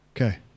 Okay